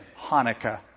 Hanukkah